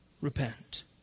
Repent